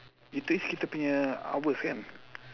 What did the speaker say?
itu is kita punya hours kan